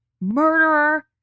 Murderer